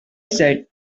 said